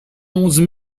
onze